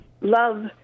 Love